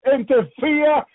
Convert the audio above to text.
Interfere